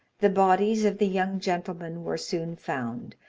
the bodies of the young gentlemen were soon found,